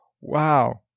wow